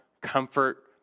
comfort